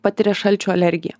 patiria šalčio alergiją